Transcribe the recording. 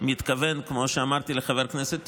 כמו שאמרתי לחבר הכנסת טיבי,